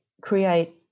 create